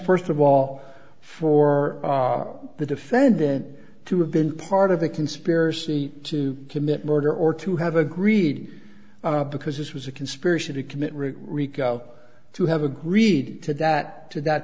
first of all for the defendant to have been part of a conspiracy to commit murder or to have agreed because this was a conspiracy to commit rick rico to have agreed to that to that